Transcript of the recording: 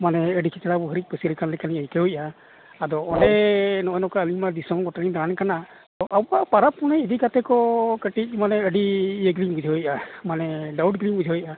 ᱢᱟᱱᱮ ᱟᱹᱰᱤ ᱠᱷᱮᱪᱲᱟᱵᱚᱱ ᱦᱤᱨᱤᱡ ᱯᱟᱥᱤᱨ ᱠᱟᱱ ᱞᱮᱠᱟᱞᱤᱝ ᱟᱹᱭᱠᱟᱹᱣᱮᱜᱼᱟ ᱟᱫᱚ ᱚᱸᱰᱮ ᱱᱚᱜᱼᱚᱸᱭ ᱱᱚᱝᱠᱟ ᱟᱹᱞᱤᱝᱢᱟ ᱫᱤᱥᱚᱢ ᱜᱚᱴᱟᱞᱤᱝ ᱫᱟᱬᱟᱱ ᱠᱟᱱᱟ ᱟᱵᱚᱣᱟ ᱯᱟᱨᱟᱵᱽ ᱯᱩᱱᱟᱹᱭ ᱤᱫᱤ ᱠᱟᱛᱮ ᱠᱚ ᱠᱟᱹᱴᱤᱡ ᱢᱟᱱᱮ ᱟᱹᱰᱤ ᱤᱭᱟᱹᱜᱤᱞᱤᱝ ᱵᱩᱡᱷᱟᱹᱣᱮᱜᱼᱟ ᱢᱟᱱᱮ ᱰᱟᱣᱩᱴ ᱜᱮᱞᱤᱝ ᱵᱩᱡᱷᱟᱹᱣᱮᱜᱼᱟ